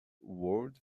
world